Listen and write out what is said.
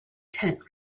tent